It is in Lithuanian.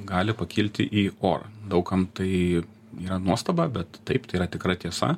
gali pakilti į orą daug kam tai yra nuostaba bet taip tai yra tikra tiesa